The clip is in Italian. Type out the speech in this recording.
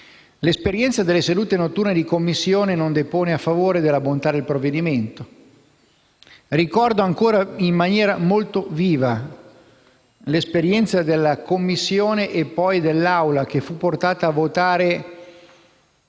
L'esperienza delle sedute notturne di Commissione non depone a favore della bontà del provvedimento. Ricordo ancora in maniera molto viva l'esperienza della Commissione e poi dell'Assemblea che fu portata a votare